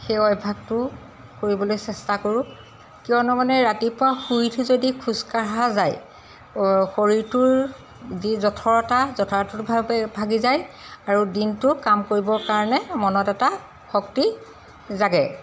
সেই অভ্যাসটো কৰিবলৈ চেষ্টা কৰোঁ কিয়নো মানে ৰাতিপুৱা শুই যদি খোজকঢ়া যায় শৰীৰটোৰ যি জঠৰতা ভাগি যায় আৰু দিনটো কাম কৰিবৰ কাৰণে মনত এটা শক্তি জাগে